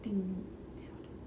eating disorder